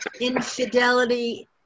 infidelity